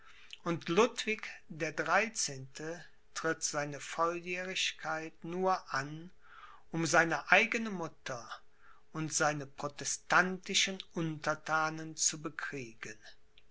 und ludwig der dreizehnte tritt seine volljährigkeit nur an um seine eigene mutter und seine protestantischen unterthanen zu bekriegen